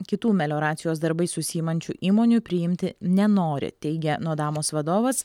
kitų melioracijos darbais užsiimančių įmonių priimti nenori teigia nodamos vadovas